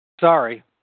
Sorry